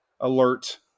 alert